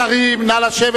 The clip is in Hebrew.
השרים, נא לשבת